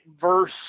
verse